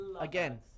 Again